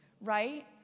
right